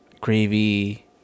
gravy